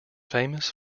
famous